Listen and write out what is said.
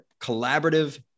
collaborative